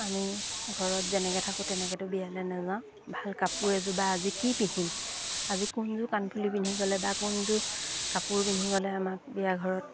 আমি ঘৰত যেনেকৈ থাকোঁ তেনেকৈতো বিয়ালৈ নেযাওঁ ভাল কাপোৰ এযোৰ বা আজি কি পিন্ধিম আজি কোনযোৰ কাণফুলি পিন্ধি গ'লে বা কোনযোৰ কাপোৰ পিন্ধি গ'লে আমাক বিয়াঘৰত